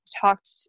talked